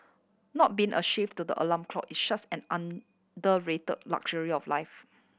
not being a slave to the alarm clock is such an underrate luxury of life